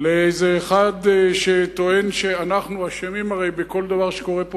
לאיזה אחד שטוען שאנחנו הרי אשמים בכל דבר שקורה פה,